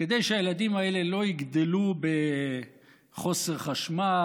כדי שהילדים האלה לא יגדלו בחוסר חשמל